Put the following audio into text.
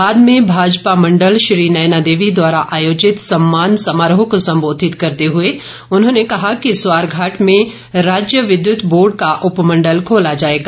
बाद में भाजपा मण्डल श्री नैनादेवी द्वारा आयोजित सम्मान समारोह को संबोधित करते हुए उन्होंने कहा कि स्वारघाट में राज्य विद्युत बोर्ड का उपमण्डल खोला जाएगा